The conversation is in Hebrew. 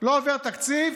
לא עובר תקציב,